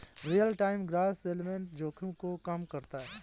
real time gross settlement जोखिम को कम करता है